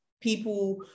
people